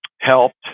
helped